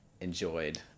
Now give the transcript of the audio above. enjoyed